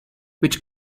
which